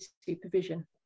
supervision